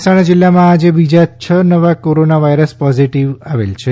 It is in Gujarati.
મહેસાણા જિલ્લામાં આજે બીજા છ નવા કોરોના વાઇરસ પોઝિટિવ આવેલ છે